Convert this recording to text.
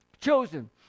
Chosen